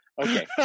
Okay